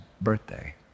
birthday